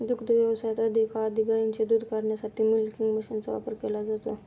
दुग्ध व्यवसायात अधिकाधिक गायींचे दूध काढण्यासाठी मिल्किंग मशीनचा वापर केला जातो